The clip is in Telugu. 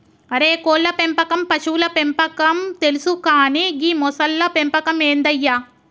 అరే కోళ్ళ పెంపకం పశువుల పెంపకం తెలుసు కానీ గీ మొసళ్ల పెంపకం ఏందయ్య